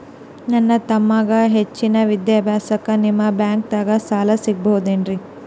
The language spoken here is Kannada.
ನನ್ನ ತಮ್ಮಗ ಹೆಚ್ಚಿನ ವಿದ್ಯಾಭ್ಯಾಸಕ್ಕ ನಿಮ್ಮ ಬ್ಯಾಂಕ್ ದಾಗ ಸಾಲ ಸಿಗಬಹುದೇನ್ರಿ?